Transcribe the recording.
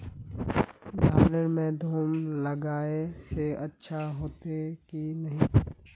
धानेर में धूप लगाए से अच्छा होते की नहीं?